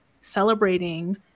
celebrating